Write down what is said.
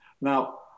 Now